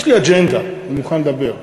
יש לי אג'נדה, אני מוכן לדבר.